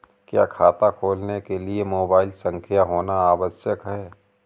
क्या खाता खोलने के लिए मोबाइल संख्या होना आवश्यक है?